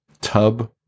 tub